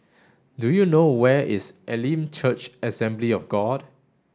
do you know where is Elim Church Assembly of God